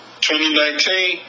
2019